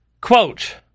Quote